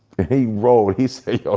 ah he rolled, he so ah